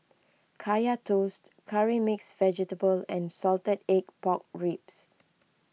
Kaya Toast Curry Mixed Vegetable and Salted Egg Pork Ribs